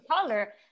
color